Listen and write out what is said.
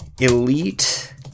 elite